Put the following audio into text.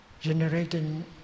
generating